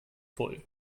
voll